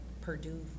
Purdue